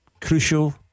crucial